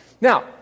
now